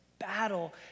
battle